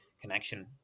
connection